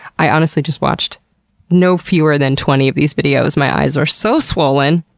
i honestly just watched no fewer than twenty of these videos. my eyes are so swollen.